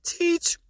teach